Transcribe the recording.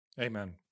Amen